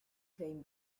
claim